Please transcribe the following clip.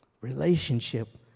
Relationship